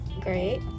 great